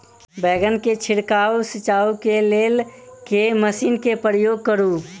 बैंगन केँ छिड़काव सिचाई केँ लेल केँ मशीन केँ प्रयोग करू?